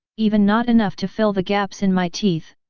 even not enough to fill the gaps in my teeth!